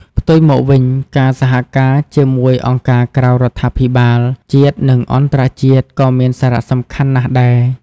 ផ្ទុយមកវិញ ការសហការជាមួយអង្គការក្រៅរដ្ឋាភិបាល ជាតិ និងអន្តរជាតិ ក៏មានសារៈសំខាន់ណាស់ដែរ។